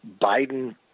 Biden